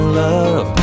love